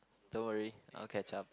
don't worry I'll catch up